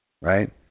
right